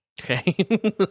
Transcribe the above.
Okay